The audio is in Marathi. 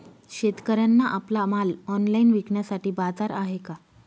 शेतकऱ्यांना आपला माल ऑनलाइन विकण्यासाठी बाजार आहे का?